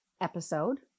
episode